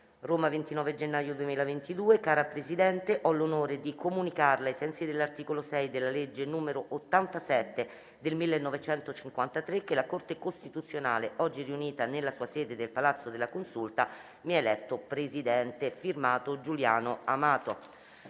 «Roma 29 gennaio 2022 Cara Presidente, ho l'onore di comunicarLe, ai sensi dell'articolo 6 della legge n. 87 del 1953, che la Corte costituzionale, oggi riunita nella sua sede del Palazzo della Consulta, mi ha eletto Presidente. Firmato Giuliano Amato».